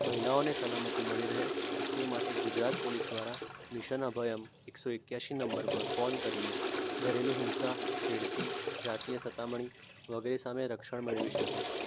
મહિલાઓને સલામતી મળી રહે તે માટે ગુજરાત પોલીસ દ્વારા મિશન અભયમ એકસો એક્યાશી નંબર પર ફોન કરીને ઘરેલુ હિંસા છેડતી જાતિય સતામણી વગેરે સામે રક્ષણ મેળવી શકે છે